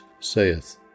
saith